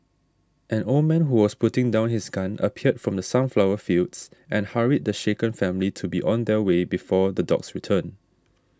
an old man who was putting down his gun appeared from the sunflower fields and hurried the shaken family to be on their way before the dogs return